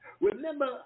Remember